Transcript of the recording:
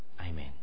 Amen